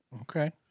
Okay